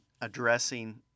addressing